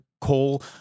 coal